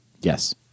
Yes